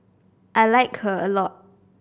I like her a lot